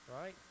Right